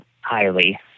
highly